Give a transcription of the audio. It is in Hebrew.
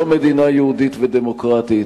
לא מדינה יהודית ודמוקרטית,